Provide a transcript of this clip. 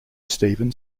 steven